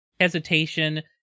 hesitation